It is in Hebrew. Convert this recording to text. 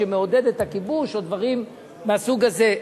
מעודד את הכיבוש או דברים מהסוג הזה.